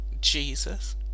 Jesus